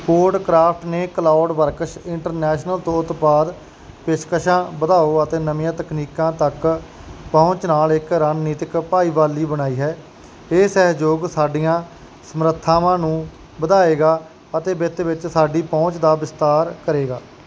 Codecraft ਨੇ CloudWorks International ਤੋਂ ਉਤਪਾਦ ਪੇਸ਼ਕਸ਼ਾਂ ਵਧਾਓ ਅਤੇ ਨਵੀਆਂ ਤਕਨੀਕਾਂ ਤੱਕ ਪਹੁੰਚ ਨਾਲ ਇੱਕ ਰਣਨੀਤਕ ਭਾਈਵਾਲੀ ਬਣਾਈ ਹੈ ਇਹ ਸਹਿਯੋਗ ਸਾਡੀਆਂ ਸਮਰੱਥਾਵਾਂ ਨੂੰ ਵਧਾਏਗਾ ਅਤੇ ਵਿੱਤ ਵਿੱਚ ਸਾਡੀ ਪਹੁੰਚ ਦਾ ਵਿਸਤਾਰ ਕਰੇਗਾ